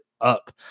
up